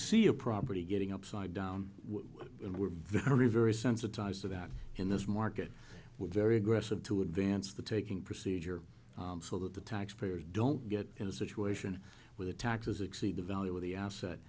see a property getting upside down when we're very very sensitized to that in this market we're very aggressive to advance the taking procedure so that the taxpayers don't get in a situation where the taxes exceed the value of the asset